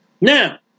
Now